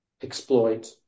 exploit